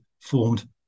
formed